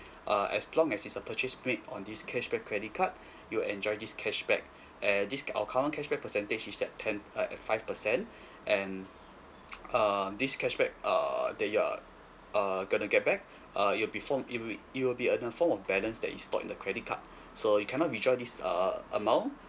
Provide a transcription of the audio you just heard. uh as long as it's a purchase made on this cashback credit card you enjoy this cashback and this our current cashback percentage is at ten uh at five percent and um this cashback err that you're err gonna get back uh it'll be form it will it will be in a form of balance that is not in the credit card so you cannot withdraw this err amount